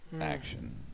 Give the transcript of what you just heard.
action